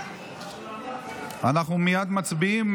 אנחנו מייד מצביעים